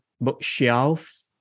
bookshelf